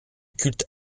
culte